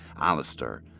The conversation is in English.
Alistair